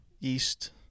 East